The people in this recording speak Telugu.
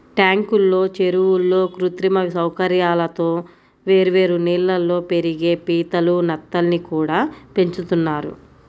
ట్యాంకుల్లో, చెరువుల్లో కృత్రిమ సౌకర్యాలతో వేర్వేరు నీళ్ళల్లో పెరిగే పీతలు, నత్తల్ని కూడా పెంచుతున్నారు